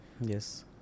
Yes